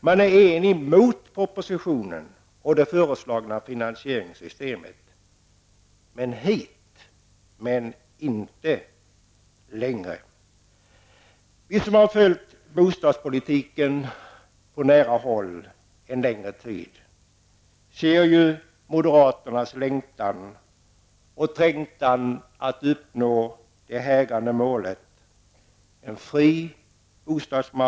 Man är enig mot propositionen och det föreslagna finansieringssystemet -- hit men inte längre. Vi som har följt bostadspolitiken på nära håll en längre tid ser ju moderaternas längtan och trängtan efter att uppnå det hägrande målet -- en fri bostadsmarknad.